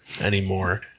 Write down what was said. anymore